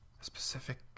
Specific